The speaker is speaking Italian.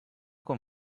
con